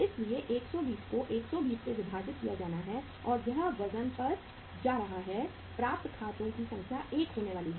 इसलिए 120 को 120 से विभाजित किया जाना है और यह वजन पर जा रहा है प्राप्त खातों की संख्या 1 होने वाली है